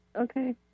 Okay